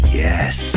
yes